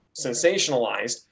sensationalized